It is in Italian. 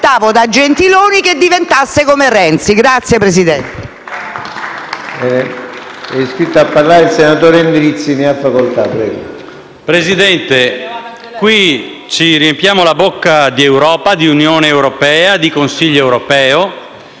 Presidente, qui ci riempiamo la bocca di Europa, di Unione europea, di Consiglio europeo,